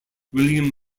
william